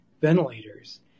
ventilators